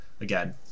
again